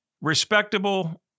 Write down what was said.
respectable